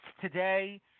today